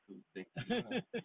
exactly lah